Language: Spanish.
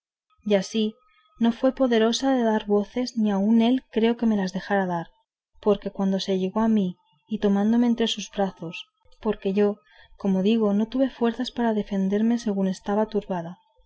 y así no fui poderosa de dar voces ni aun él creo que me las dejara dar porque luego se llegó a mí y tomándome entre sus brazos porque yo como digo no tuve fuerzas para defenderme según estaba turbada comenzó a decirme tales razones